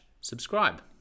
subscribe